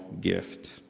gift